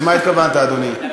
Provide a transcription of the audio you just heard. למה התכוונת, אדוני?